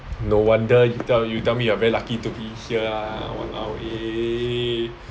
no wonder you tell you tell me you are very lucky to be here lah !walao! eh